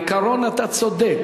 בעיקרון אתה צודק.